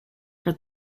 for